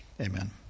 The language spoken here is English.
amen